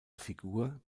figur